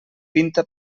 pinta